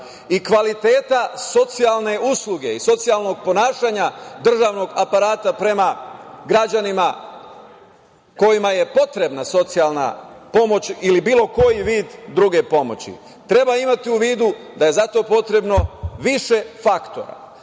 i kvaliteta socijalne usluge i socijalnog ponašanja državnog aparata prema građanima kojima je potrebna socijalna pomoć ili bilo koji vid druge pomoći… Treba imati u vidu da je za to potrebno više faktora. Prvi,